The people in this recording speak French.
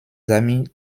amis